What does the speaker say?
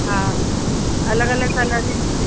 हा अलॻि अलॻि सां